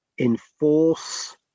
enforce